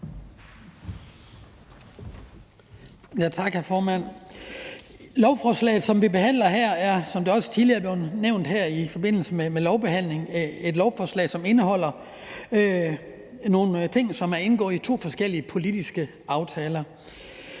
i forbindelse med lovbehandlingen, et lovforslag, som indeholder nogle ting, som er indgået i to forskellige politiske aftaler.